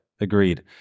agreed